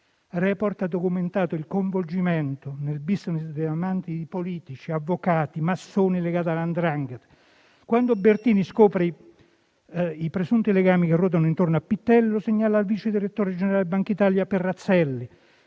«Report» ha documentato il coinvolgimento nel *business* dei diamanti di politici, avvocati e massoni legati alla 'ndrangheta. Quando Bertini scopre i presunti legami che ruotano intorno a Pittelli, segnala al vice direttore generale di Banca d'Italia Perrazzelli,